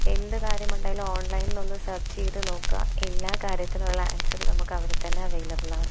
എന്ത് കാര്യമുണ്ടെങ്കിലും ഓൺലൈനിലൊന്ന് സെർച്ച് ചെയ്ത് നോക്കുക എല്ലാ കാര്യത്തിനുമുള്ള ആൻസറ് നമുക്ക് അവിടെത്തന്നെ അവൈലബിളാണ് അപ്പോൾ